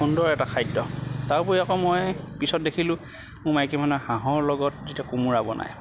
সুন্দৰ এটা খাদ্য তাৰোপৰি আকৌ মই পিছত দেখিলোঁ মোৰ মাইকী মানুহে হাঁহৰ লগত যেতিয়া যেতিয়া কোমোৰা বনাই